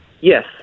Yes